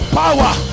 power